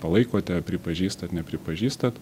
palaikote pripažįstat nepripažįstat